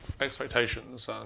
expectations